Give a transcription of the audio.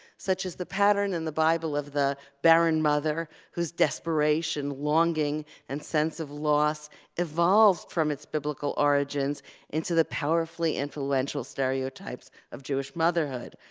such as the pattern in the bible of the barren mother who's desperation, longing and sense of loss evolve from its biblical origins into the powerfully influential stereotypes of jewish motherhood,